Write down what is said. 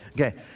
Okay